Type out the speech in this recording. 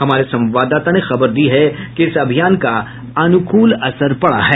हमारे संवाददाता ने खबर दी है कि इस अभियान का अनुकूल असर पड़ा है